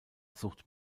sucht